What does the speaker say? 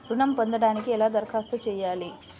ఋణం పొందటానికి ఎలా దరఖాస్తు చేయాలి?